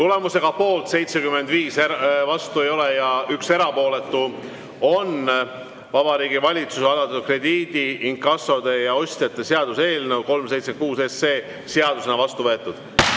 Tulemusega poolt 75, vastuolijaid ei ole ja 1 erapooletu, on Vabariigi Valitsuse algatatud krediidiinkassode ja ‑ostjate seaduse eelnõu 376 seadusena vastu võetud.